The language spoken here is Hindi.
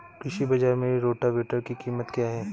कृषि बाजार में रोटावेटर की कीमत क्या है?